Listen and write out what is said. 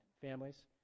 families